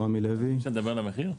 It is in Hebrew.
רגע, אי אפשר לדבר על המחיר?